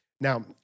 Now